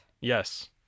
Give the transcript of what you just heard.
Yes